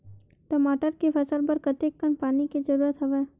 टमाटर के फसल बर कतेकन पानी के जरूरत हवय?